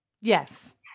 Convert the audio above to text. Yes